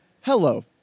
Hello